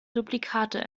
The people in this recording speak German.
duplikate